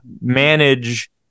manage